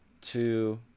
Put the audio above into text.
two